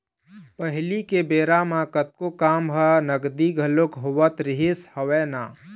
पहिली के बेरा म कतको काम ह नगदी घलोक होवत रिहिस हवय ना